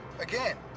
again